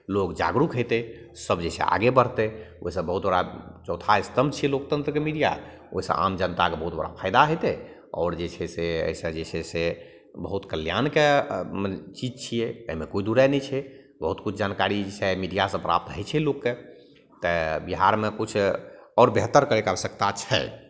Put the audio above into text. लोक जागरूक हेतै सभ जे छै आगे बढ़तै ओहिसे बहुत बड़ा चौथा अस्तम्भ छिए लोकतन्त्रके मीडिआ ओहिसे आम जनताके बहुत बड़ा फायदा हेतै आओर जे छै से एहिसे जे छै से बहुत कल्याणके चीज छिए एहिमे कोइ दुइ राय नहि छै बहुत किछु जानकारी जे छै मीडिआसे प्राप्त होइ छै लोकके तऽ बिहारमे किछु आओर बेहतर करैके आवश्यकता छै